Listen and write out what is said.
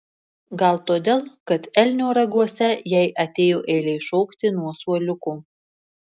gal todėl kad elnio raguose jai atėjo eilė šokti nuo suoliuko